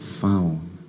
found